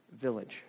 village